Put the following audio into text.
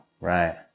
Right